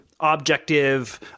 Objective